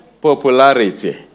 Popularity